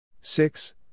six